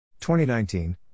2019